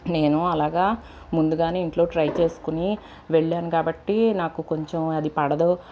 నేను అలాగ ముందుగానే ఇంట్లో ట్రై చేసుకొని వెళ్ళాను కాబట్టి నాకు కొంచెం అది పడదు